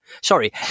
Sorry